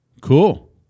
cool